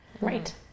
right